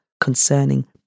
concerning